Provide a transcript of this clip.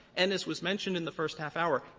and as was mentioned in the first half hour,